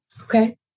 Okay